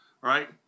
Right